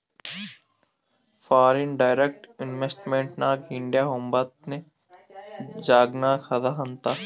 foreign direct investment ನಾಗ್ India ಒಂಬತ್ನೆ ಜಾಗನಾಗ್ ಅದಾ ಅಂತ್